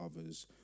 others